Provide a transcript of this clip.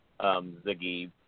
Ziggy